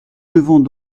devons